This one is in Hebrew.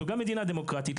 זו גם מדינה דמוקרטית,